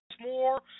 more